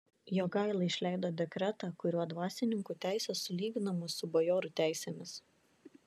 jogaila išleido dekretą kuriuo dvasininkų teisės sulyginamos su bajorų teisėmis